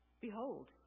Behold